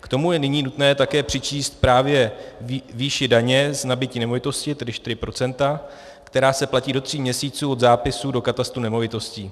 K tomu je nyní nutné také přičíst právě výši daně z nabytí nemovitosti, tedy 4 %, která se platí do tří měsíců od zápisu do katastru nemovitostí.